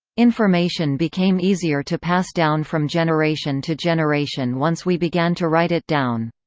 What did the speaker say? information became easier to pass down from generation to generation once we began to write it down.